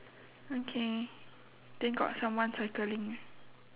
okay then got someone cycling right